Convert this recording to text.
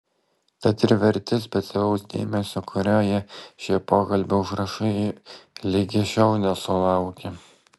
tad ir verti specialaus dėmesio kurio jie šie pokalbio užrašai ligi šiol nesulaukė